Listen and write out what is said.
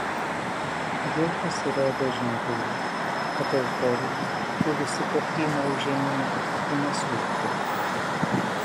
jau pasirodo ženklų kad euforija kilusi po krymo užėmimo ima slūgti